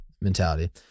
mentality